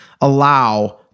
allow